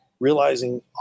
realizing